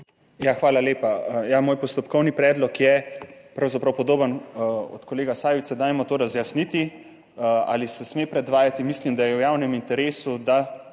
Ja, hvala lepa. Ja, moj postopkovni predlog je pravzaprav podoben od kolega Sajovica, dajmo to razjasniti. Ali se sme predvajati? Mislim, da je v javnem interesu, da